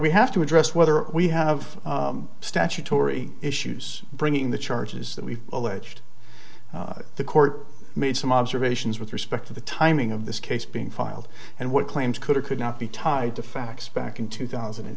we have to address whether we have statutory issues bringing the charges that we've alleged the court made some observations with respect to the timing of this case being filed and what claims could or could not be tied to facts back in two thousand and